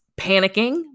panicking